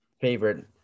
favorite